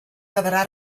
quedarà